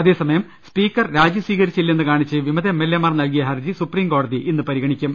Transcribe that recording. അതേസമയം സ്പീക്കർ രാജി സ്വീകരിച്ചില്ലെന്ന് കാണിച്ച് വിമത എംഎൽഎമാർ നൽകിയ ഹർജി സൂപ്രീം കോടതി ഇന്ന് പരിഗണി ക്കും